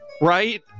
right